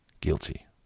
guilty